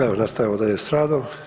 Evo nastavljamo dalje s radom.